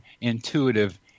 intuitive